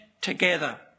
together